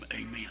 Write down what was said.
amen